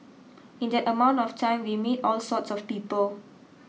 in that amount of time we meet all sorts of people